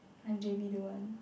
I'm J_B do one